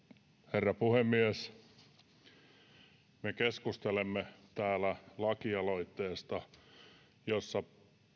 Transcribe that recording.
herra puhemies me keskustelemme täällä lakialoitteesta jossa